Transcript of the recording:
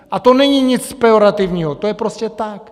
A to není nic pejorativního, to je prostě tak.